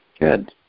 Good